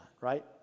right